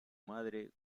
madre